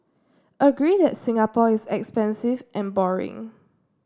agree that Singapore is expensive and boring